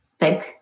Big